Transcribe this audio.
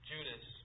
Judas